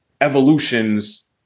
evolutions